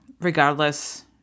regardless